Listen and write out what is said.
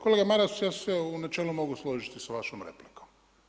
Kolega Maras, ja se u načelu mogu složiti sa vašom replikom.